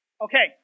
Okay